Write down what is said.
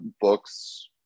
books